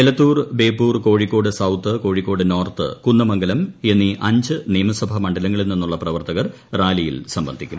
Elathur Beypore Kozhikode south Kozhikode north Kunnamangalam എന്നീ അഞ്ച് നിയമസഭ മണ്ഡലങ്ങളിൽ നിന്നുള്ള പ്രവർത്തകർ റാലിയിൽ സംബന്ധിക്കും